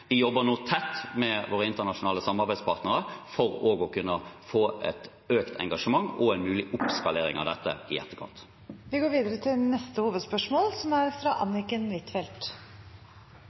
Vi jobber nå tett med våre internasjonale samarbeidspartnere for også å kunne få et økt engasjement og en mulig oppskalering av dette i etterkant. Vi går videre til neste hovedspørsmål.